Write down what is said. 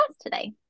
today